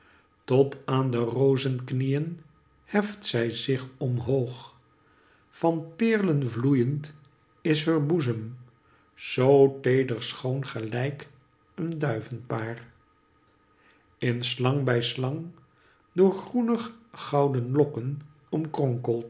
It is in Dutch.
tot aan de rozenknieen heft zij zich omhoog van paerlen vloeyend is heur boezem zoo teeder schoon gelijk een duivenpaar in slang bij slang door groenig gouden lokken